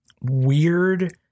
weird